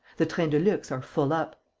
the trains-de-luxe are full up.